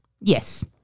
Yes